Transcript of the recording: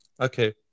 okay